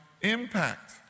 impact